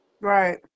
Right